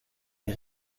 les